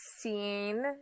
seen